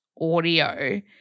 audio